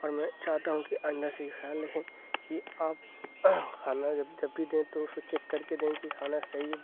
اور میں چاہتا ہوں کہ آئندہ سے یہ خیال رکھیں کہ آپ کھانا جب بھی دیں تو چیک کر کے دیں کہ کھانا صحیح